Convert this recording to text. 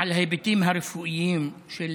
על ההיבטים הרפואיים של